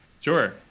sure